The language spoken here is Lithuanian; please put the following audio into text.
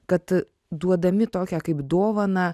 kad duodami tokią kaip dovaną